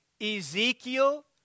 Ezekiel